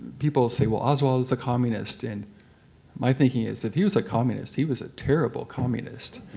people say, well, oswald was a communist. and my thinking is if he was a communist, he was a terrible communist.